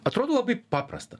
atrodo labai paprasta